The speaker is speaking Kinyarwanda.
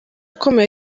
ukomeye